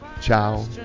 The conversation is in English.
ciao